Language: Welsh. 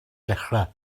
dechrau